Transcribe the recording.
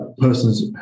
persons